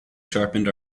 sharpened